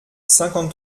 cinquante